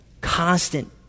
constant